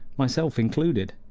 myself included?